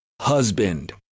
husband